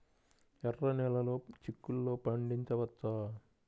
ఎర్ర నెలలో చిక్కుల్లో పండించవచ్చా?